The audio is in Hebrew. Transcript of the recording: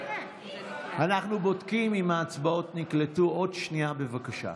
אנחנו בודקים אם ההצבעות נקלטו, עוד שנייה, בבקשה.